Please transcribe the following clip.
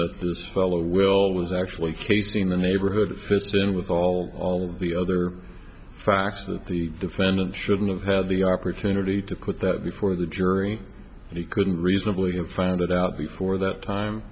that this fellow will was actually casing the neighborhood fits in with all of the other facts that the defendant shouldn't have had the opportunity to quit that before the jury he couldn't reasonably have found it out before that time